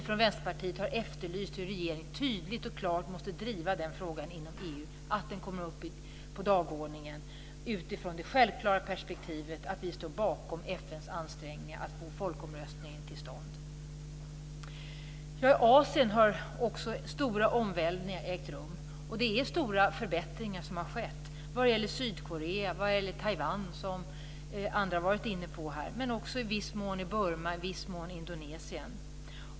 Från Vänsterpartiet har vi efterlyst att regeringen tydligt och klart driver frågan inom EU. Den måste komma upp på dagordningen utifrån det självklara perspektivet att vi står bakom FN:s ansträngningar att få en folkomröstning till stånd. Också i Asien har stora omvälvningar ägt rum. Det är stora förbättringar som har skett vad gäller Sydkorea och Taiwan, som andra har varit inne på här. Det gäller också i viss mån Burma och Indonesien.